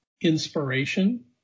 Inspiration